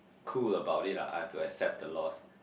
cool about it ah I have to accept the loss